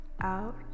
out